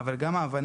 אבל גם ההבנה,